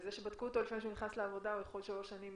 זה שבדקו אותו לפני שהוא נכנס לעבודה הוא יכול שלוש שנים